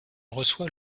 reçoit